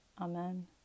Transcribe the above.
Amen